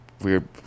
weird